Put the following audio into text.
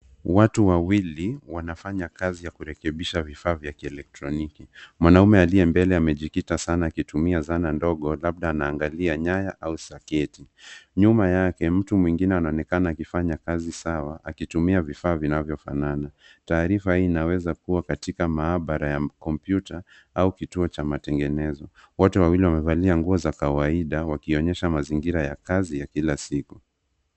Watu wawili wanafanya kazi ya kurekebisha vifaa vya kielektroniki. Mwanaumea liye mbele amejikita sana akitumia zana ndogo labda anaangalia nyaya au soketi. Nyuma yake mtu mwingine anaonekana akifanya kazi sawa akitumia vifaa vinavyofanana. Taarifa hii inaweza kuwa katika maabara ya makompyuta au kituo cha matenegenezo. Wote wawili wamevalia nguo za kawaida wakionyesha mazingira ya kazi ya kila siku.